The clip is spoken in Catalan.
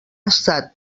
estat